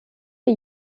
die